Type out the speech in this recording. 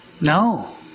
no